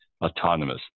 autonomous